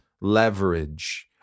leverage